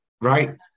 Right